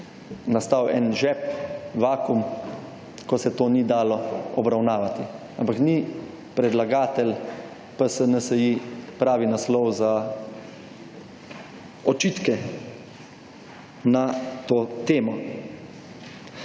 nastal en žep, vakuum, ko se to ni dalo obravnavati. Ampak ni predlagatelj PS NSi pravi naslov za očitke na to temo.